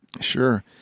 Sure